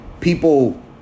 people